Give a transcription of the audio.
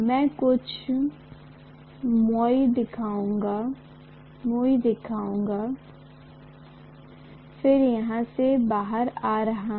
मैं बस कुछ मोड़ दिखाऊंगा और फिर यहां से बाहर आ रहा है